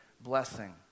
blessing